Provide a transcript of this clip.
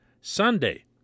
Sunday